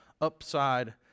upside